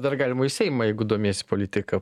dar galima į seimą jeigu domiesi politika